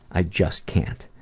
i just can't.